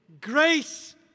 grace